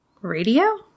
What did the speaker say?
Radio